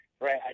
right